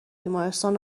بیمارستان